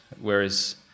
whereas